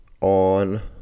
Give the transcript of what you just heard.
on